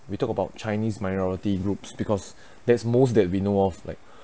we talk about chinese minority group because that's most that we know of like